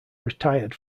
retired